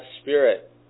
Spirit